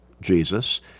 Jesus